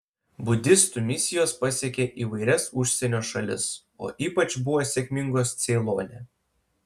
budistų misijos pasiekė įvairias užsienio šalis o ypač buvo sėkmingos ceilone